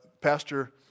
Pastor